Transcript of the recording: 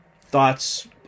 thoughts